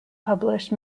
published